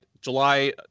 July